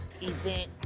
event